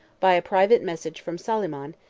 by a private message from soliman,